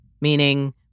Meaning